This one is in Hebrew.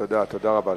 תודה רבה לך.